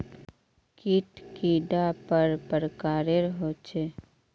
कीट कैडा पर प्रकारेर होचे?